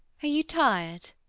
are you tired?